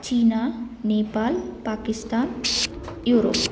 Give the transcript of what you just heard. China Nepal Pakistan Europe